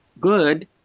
good